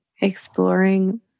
exploring